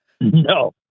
No